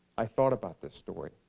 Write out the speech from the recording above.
i thought about this story.